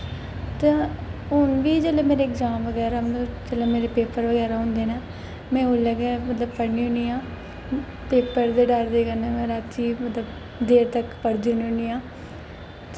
ते हून बी जिसलै मेरे अग्जामस बगैरा जिसलै मेरे पेपर बगैरा होंदे न में उसलै गै मतलब पढ़नी होन्नी आं पेपर दे डर कन्नै मतलब में रातीं देर तक्कर पढ़दी होन्नी आं